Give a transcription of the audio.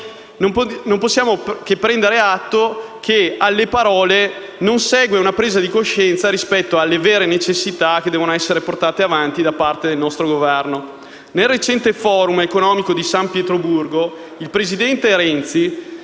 non possiamo che prendere atto che alle parole non segue una presa di coscienza rispetto alle vere necessità che devono essere portate avanti da parte del nostro Governo. Nel recente *forum* economico di San Pietroburgo il presidente Renzi